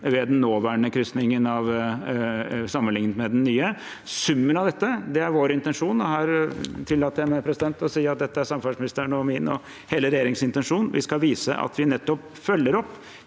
ved den nåværende krysningen sammenlignet med den nye. Summen av dette er vår intensjon, og her tillater jeg meg å si at dette er samferdselsministerens, min og hele regjeringens intensjon. Vi skal vise at vi følger opp